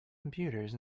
computers